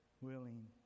willing